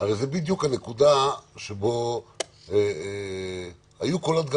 הרי זו בדיוק הנקודה שבה היו קולות גם